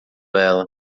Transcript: ela